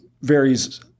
varies